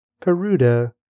Peruda